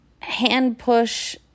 hand-push